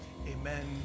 amen